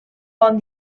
bon